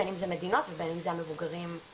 בין אם זה המדינות, ובין אם אלה המבוגרים בבית.